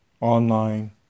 online